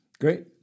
Great